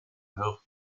her